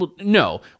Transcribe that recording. No